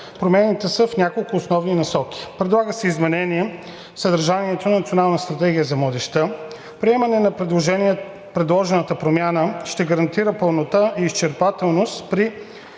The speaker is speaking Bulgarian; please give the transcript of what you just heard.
Промените са в няколко основни насоки. Предлага се изменение в съдържанието на Националната стратегия за младежта. Приемането на предложената промяна ще гарантира пълнота и изчерпателност при